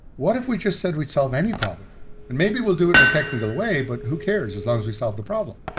what if we just said we solve any problem and maybe we'll do it in a technical way but who cares, as long as we solve the problem.